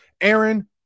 Aaron